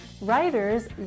Writers